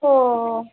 हो